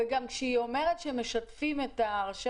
וגם כשהיא אומרת שהם משתפים את ראשי